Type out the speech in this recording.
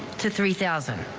to three thousand.